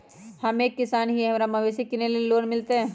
हम एक किसान हिए हमरा मवेसी किनैले लोन मिलतै?